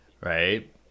Right